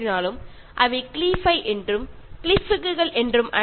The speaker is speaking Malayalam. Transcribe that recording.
പക്ഷേ ഇതിൽ ക്ളൈ ഫൈ എന്നൊ ക്ളായി ഫ്ലിക്സ് എന്നൊ പറയുന്നു